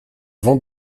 vents